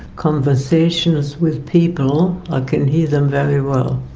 conversations with people, i can hear them very well.